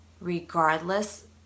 regardless